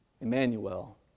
Emmanuel